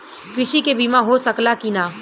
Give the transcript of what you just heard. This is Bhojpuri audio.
कृषि के बिमा हो सकला की ना?